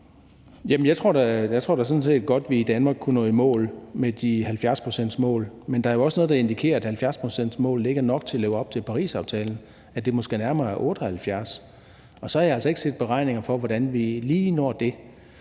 set godt, at vi i Danmark kunne nå i mål med det 70-procentsmål, men der er jo også noget, der indikerer, at 70-procentsmålet ikke er nok til at leve op til Parisaftalen – at det måske nærmere er 78 pct. Og så har jeg altså ikke set beregninger for, hvordan vi lige når det.